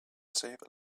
save